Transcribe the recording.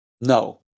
No